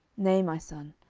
nay, my son,